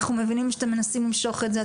אנחנו מבינים שאתם מנסים למשוך את זה,